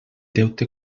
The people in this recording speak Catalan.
deute